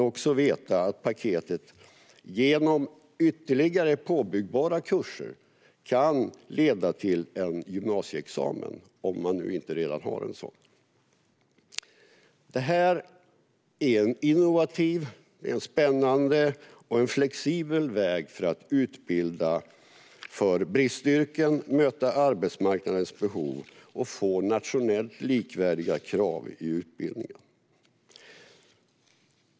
Paketet kan också, genom ytterligare påbyggbara kurser, leda till en gymnasieexamen - om man inte redan har en sådan. Det här är en innovativ, spännande och flexibel väg att utbilda inom bristyrken, möta arbetsmarknadens behov och få nationellt likvärdiga krav i utbildningen.